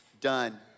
Done